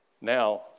Now